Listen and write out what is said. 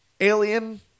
Alien